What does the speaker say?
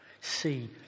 See